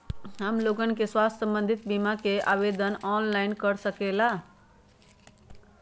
हमन लोगन के स्वास्थ्य संबंधित बिमा का आवेदन ऑनलाइन कर सकेला?